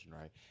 right